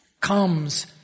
comes